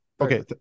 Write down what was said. Okay